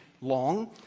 long